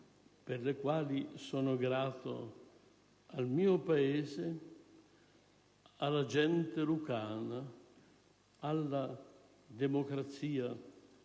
per le quali sono grato al mio Paese, alla gente lucana, alla Democrazia